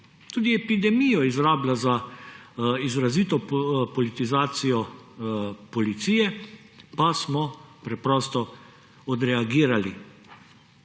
tudi epidemijo izrablja za izrazito politizacijo Policije, pa smo preprosto odreagirali.